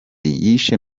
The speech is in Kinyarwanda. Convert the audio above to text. yishe